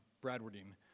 Bradwardine